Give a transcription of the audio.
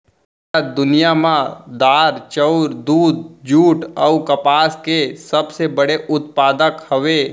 भारत दुनिया मा दार, चाउर, दूध, जुट अऊ कपास के सबसे बड़े उत्पादक हवे